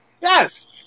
Yes